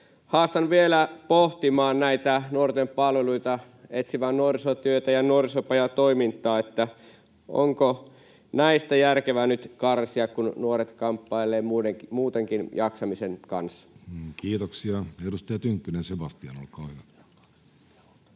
Haastan vielä pohtimaan näitä nuorten palveluita, etsivää nuorisotyötä ja nuorisopajatoimintaa. Onko näistä järkevää nyt karsia, kun nuoret kamppailevat muutenkin jaksamisen kanssa? [Speech 118] Speaker: Jussi Halla-aho